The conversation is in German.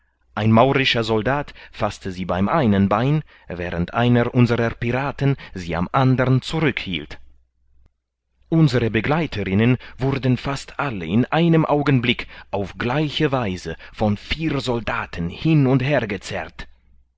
ein maurischer soldat faßte sie beim einen bein während einer unserer piraten sie am andern zurückhielt unsere begleiterinnen wurden fast alle in einem augenblick auf gleiche weise von vier soldaten hin und hergezerrt